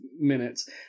minutes